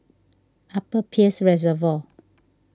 Upper Peirce Reservoir